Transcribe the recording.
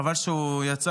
חבל שהוא יצא,